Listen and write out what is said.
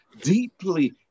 deeply